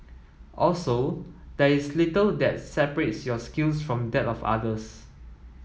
also there is little that separates your skills from that of others